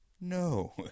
No